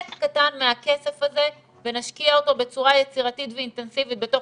קטן מהכסף הזה ונשקיע אותו בצורה יצירתית ואינטנסיבית בתוך